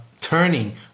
turning